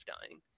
dying